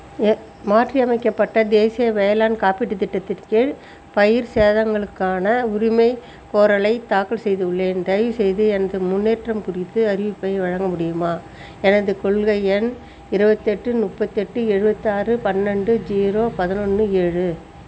எ மாற்றியமைக்கப்பட்ட தேசிய வேளாண் காப்பீட்டுத் திட்டத்தின் கீழ் பயிர் சேதங்களுக்கான உரிமைகோரலை தாக்கல் செய்துள்ளேன் தயவு செய்து எனது முன்னேற்றம் குறித்து அறிவிப்பை வழங்க முடியுமா எனது கொள்கை எண் இருபத்தெட்டு முப்பத்தெட்டு எழுபத்தாறு பன்னெண்டு ஜீரோ பதினொன்று ஏழு